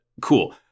Cool